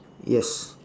yes